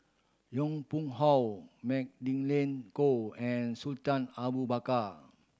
Yong Pung How Magdalene Khoo and Sultan Abu Bakar